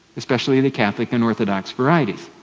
especially in the catholic and orthodox varieties.